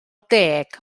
deg